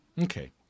Okay